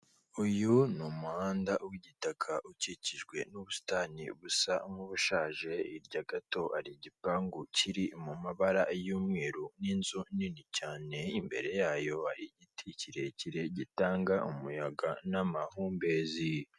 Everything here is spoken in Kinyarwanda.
Uyu ni umuhanda w'igitaka ukikijwe n'ubusitani busa nk'ubushaje, hirya gato hari igipangu kiri mu mabara y'umweru n'inzu nini cyane, imbere yayo hari igiti kirekire gitanga umuyaga n'amahumbezi.